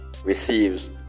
receives